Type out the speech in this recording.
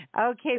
Okay